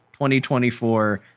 2024